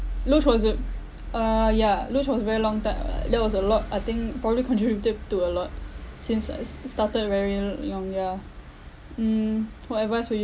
luge was it uh ya luge was very long ti~ uh that was a lot I think probably contributed to a lot since I s~ started very l~ young yeah mm what advice would you